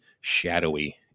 shadowy